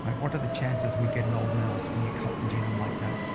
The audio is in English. what are the chances we get an old mouse when you cut the genome like that?